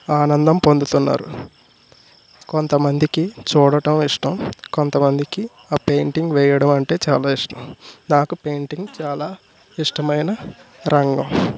ఆనందం పొందుతున్నారు కొంతమందికి చూడటం ఇష్టం కొంతమందికి ఆ పెయింటింగ్ వేయడం అంటే చాలా ఇష్టం నాకు పెయింటింగ్ చాలా ఇష్టమైన రంగం